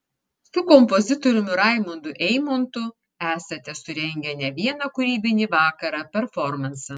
su kompozitoriumi raimundu eimontu esate surengę ne vieną kūrybinį vakarą performansą